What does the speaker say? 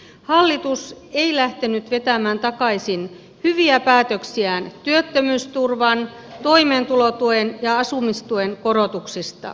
hallitus ei lähtenyt vetämään takaisin hyviä päätöksiään työttömyysturvan toimeentulotuen ja asumistuen korotuksista